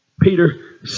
Peter